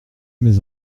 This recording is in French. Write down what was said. mes